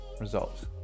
results